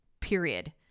period